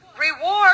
Reward